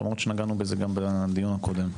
למרות שנגענו בזה גם בדיון הקודם.